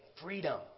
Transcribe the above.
Freedom